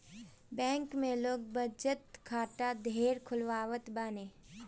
bank में लोग बचत खाता ढेर खोलवावत बाने